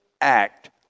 act